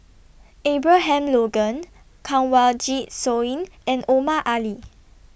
Abraham Logan Kanwaljit Soin and Omar Ali